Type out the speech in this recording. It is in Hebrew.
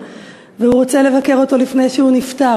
והוא רוצה לבקר אותו לפני שהוא נפטר,